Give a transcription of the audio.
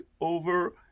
over